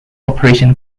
operation